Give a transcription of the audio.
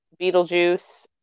Beetlejuice